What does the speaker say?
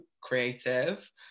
creative